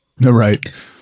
right